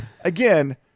Again